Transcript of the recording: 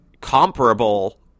comparable